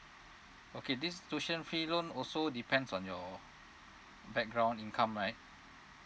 okay this tuition fee loan also depends on your background income right